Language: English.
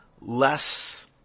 less